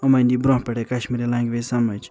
یِمن یی برٛۄنٛہہ پٮ۪ٹھٔے کشمیری لنٛگویج سمٕجھ